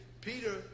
Peter